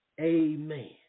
Amen